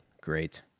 Great